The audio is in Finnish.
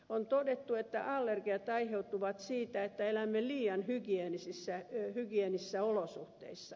on todettu että allergiat aiheutuvat siitä että elämme liian hygieenisissä olosuhteissa